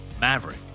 maverick